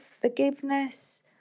forgiveness